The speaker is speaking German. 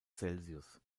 celsius